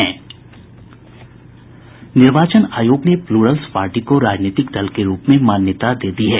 निर्वाचन आयोग ने प्लूरलस पार्टी को राजनीतिक दल के रूप में मान्यता दे दी है